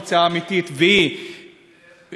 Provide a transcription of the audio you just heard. היא פשוט